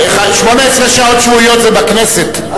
18 שעות שבועיות זה בכנסת,